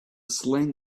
slang